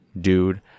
dude